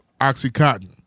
Oxycontin